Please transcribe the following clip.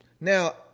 Now